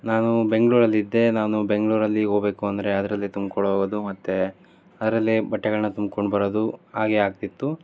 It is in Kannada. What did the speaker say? ನಾನು ಬೆಂಗಳೂರಲ್ಲಿದ್ದೆ ನಾನು ಬೆಂಗಳೂರಲ್ಲಿ ಹೋಗ್ಬೇಕು ಅಂದರೆ ಅದರಲ್ಲೇ ತುಂಬ್ಕೊಂಡು ಹೋಗೋದು ಮತ್ತೆ ಅದರಲ್ಲೇ ಬಟ್ಟೆಗಳನ್ನ ತುಂಬ್ಕೊಂಡು ಬರೋದು ಹಾಗೆ ಆಗ್ತಿತ್ತು